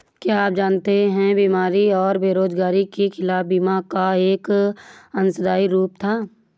क्या आप जानते है बीमारी और बेरोजगारी के खिलाफ बीमा का एक अंशदायी रूप था?